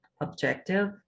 objective